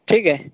ٹھیک ہے